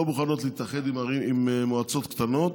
לא מוכנות להתאחד עם מועצות קטנות,